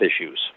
issues